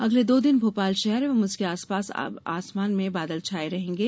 अगले दो दिन भोपाल शहर एवं उसके आसपास आसमान में बादल छाये रहेंगे